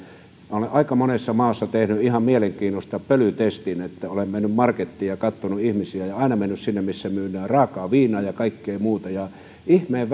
minä olen aika monessa maassa tehnyt ihan mielenkiinnosta pölytestin olen mennyt markettiin ja katsonut ihmisiä ja aina mennyt sinne missä myydään raakaa viinaa ja kaikkea muuta ja ihmeen